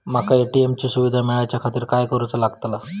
माका ए.टी.एम ची सुविधा मेलाच्याखातिर काय करूचा लागतला?